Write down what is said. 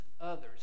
others